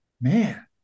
Man